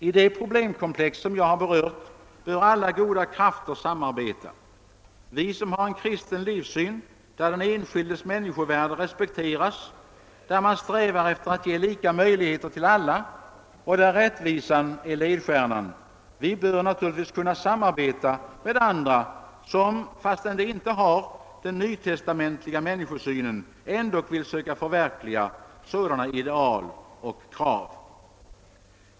I de problemkomplex som jag har berört bör alla goda krafter samarbeta. Vi som har en kristen livssyn, där den enskildes människovärde respekteras, där man strävar efter att ge lika möjligheter till alla och där rättvisan är ledstjärnan, vi bör naturligtvis kunna samarbeta med andra som — fastän de inte har den nytestamentliga människosynen — ändock vill söka förverkliga sådana ideal och krav.